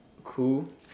cool